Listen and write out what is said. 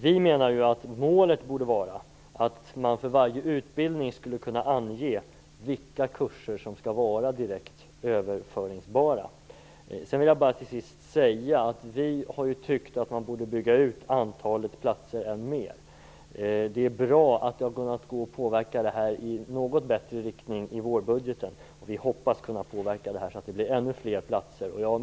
Vi menar att målet borde vara att man för varje utbildning skulle kunna ange vilka kurser som skall vara direkt överföringsbara. Sedan vill jag till sist säga att vi tycker att man borde bygga ut antalet platser än mer. Det är bra att det har kunnat gå att påverka förslaget i en något bättre riktning i vårbudgeten, och vi hoppas att kunna påverka det så att det blir ännu fler platser.